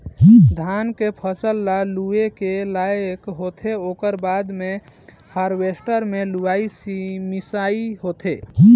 धान के फसल ह लूए के लइक होथे ओकर बाद मे हारवेस्टर मे लुवई मिंसई होथे